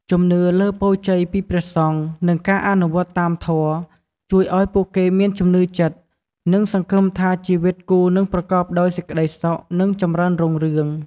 ជំនឿលើពរជ័យពីព្រះសង្ឃ និងការអនុវត្តតាមធម៌ ជួយឱ្យពួកគេមានជំនឿចិត្ត និងសង្ឃឹមថាជីវិតគូនឹងប្រកបដោយសេចក្តីសុខ និងចម្រើនរុងរឿង។